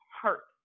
hurt